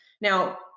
Now